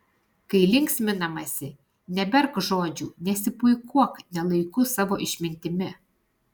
kai linksminamasi neberk žodžių nesipuikuok ne laiku savo išmintimi